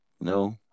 No